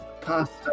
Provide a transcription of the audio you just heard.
Pasta